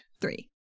three